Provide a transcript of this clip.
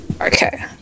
okay